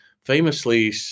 famously